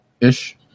ish